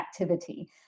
activity